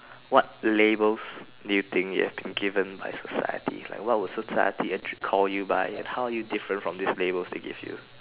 what labels do you think you have been given by society like what would society actually called you by and how are you different from these labels they give you